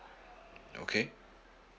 okay